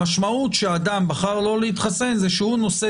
המשמעות שאדם בחר לא להתחסן זה שהוא נושא